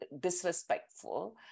disrespectful